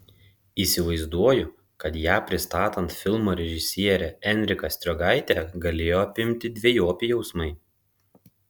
įsivaizduoju kad ją pristatant filmo režisierę enriką striogaitę galėjo apimti dvejopi jausmai